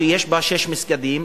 שיש בה שישה מסגדים,